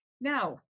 Now